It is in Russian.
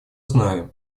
знаем